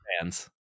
fans